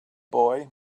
boy